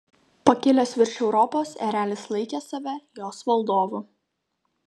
pakilęs virš europos erelis laikė save jos valdovu